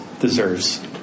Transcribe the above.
deserves